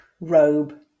robe